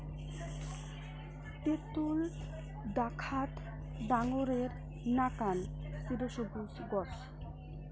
তেতুল দ্যাখ্যাত ডাঙরের নাকান চিরসবুজ গছ